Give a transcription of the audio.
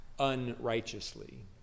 unrighteously